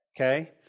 okay